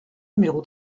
numéro